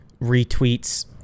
retweets